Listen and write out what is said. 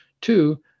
Two